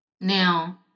Now